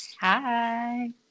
hi